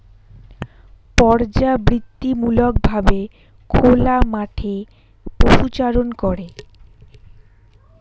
পর্যাবৃত্তিমূলক ভাবে খোলা মাঠে পশুচারণ করে